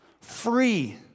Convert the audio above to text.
Free